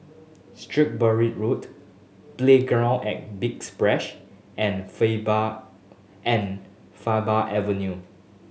Shrewsbury Road Playground at Big Splash and Faber Avenue